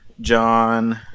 john